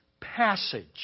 passage